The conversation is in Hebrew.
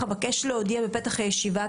אבקש להודיע בפתח הישיבה,